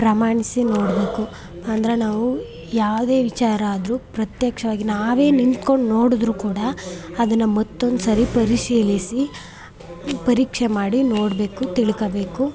ಪ್ರಮಾಣಿಸಿ ನೋಡಬೇಕು ಅಂದ್ರೆ ನಾವು ಯಾವುದೇ ವಿಚಾರ ಆದರೂ ಪ್ರತ್ಯಕ್ಷವಾಗಿ ನಾವೇ ನಿಂತ್ಕೊಂಡು ನೋಡಿದ್ರು ಕೂಡ ಅದನ್ನು ಮತ್ತೊಂದು ಸರಿ ಪರಿಶೀಲಿಸಿ ಪರೀಕ್ಷೆ ಮಾಡಿ ನೋಡಬೇಕು ತಿಳ್ಕೊಬೇಕು